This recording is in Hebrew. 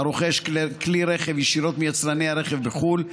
הרוכש כלי רכב ישירות מיצרני הרכב בחו"ל,